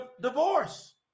divorce